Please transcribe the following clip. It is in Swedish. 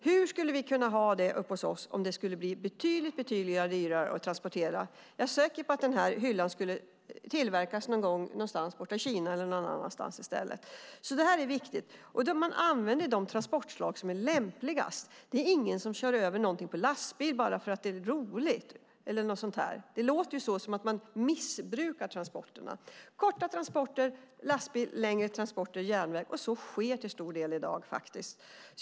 Hur skulle vi kunna ha tillverkningen uppe hos oss om transporten skulle bli betydligt dyrare? Jag är säker på att den här hyllan då skulle tillverkas borta i Kina eller någon annanstans i stället. Det här är viktigt, och man använder de transportslag som är lämpligast. Det är ingen som kör över någonting på lastbil bara för att det är roligt. Det låter som att man missbrukar transporterna. Korta transporter med lastbil, längre transporter med järnväg, och så sker till stor del i dag.